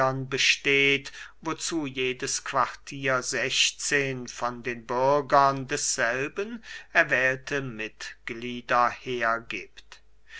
besteht wozu jedes quartier sechzehn von den bürgern desselben erwählte mitglieder hergiebt